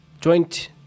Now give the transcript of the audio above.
Joint